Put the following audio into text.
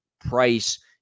price